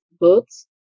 books